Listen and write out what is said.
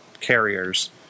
carriers